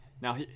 now